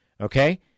Okay